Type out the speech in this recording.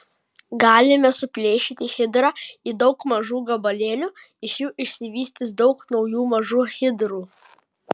galime suplėšyti hidrą į daug mažų gabalėlių iš jų išsivystys daug naujų mažų hidrų